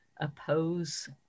oppose